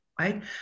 right